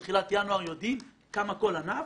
בתחילת ינואר אנחנו יודעים כמה כל ענף,